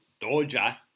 Doja